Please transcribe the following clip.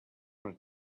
wanna